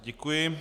Děkuji.